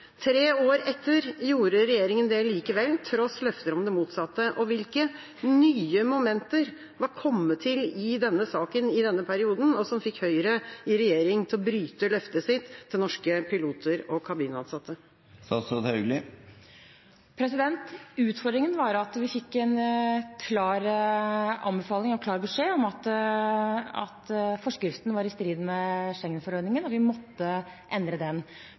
Tre år etter gjorde regjeringa det likevel, til tross for løfter om det motsatte. Hvilke nye momenter var kommet til i denne saken i denne perioden som fikk Høyre i regjering til å bryte løftet sitt til norske piloter og kabinansatte? Utfordringen var at vi fikk en klar anbefaling og klar beskjed om at forskriften var i strid med Schengen-forordningen, og vi måtte endre den.